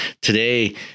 today